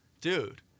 dude